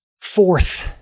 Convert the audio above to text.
Fourth